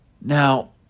Now